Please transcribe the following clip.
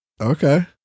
okay